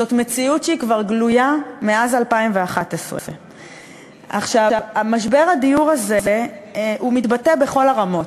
זאת מציאות שהיא כבר גלויה מאז 2011. משבר הדיור הזה מתבטא בכל הרמות.